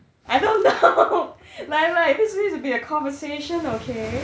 I don't know like like this needs to be a conversation okay